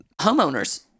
homeowners